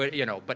but you know, but